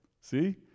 see